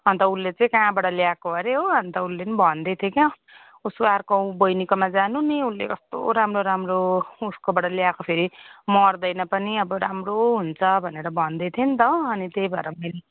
अनि त उसले कहाँबाट ल्याएको अरे हो अनि त उसले नि भन्दैथियो क्या हो उसको अर्को बैनीकोमा जानु नि उसले कस्तो राम्रो राम्रो उसकोबाट ल्या एको फेरि मर्दैन पनि अब राम्रो हुन्छ भनेर भन्दैथियो नि त हो अनि त्यही भएर मैले